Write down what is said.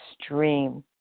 extreme